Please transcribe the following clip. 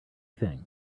thing